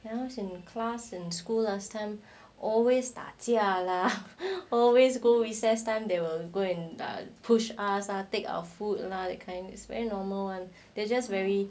you know in class in school last time always 打架 lah always go recess time they will go and push us take our food lah that kind it's very normal and they just very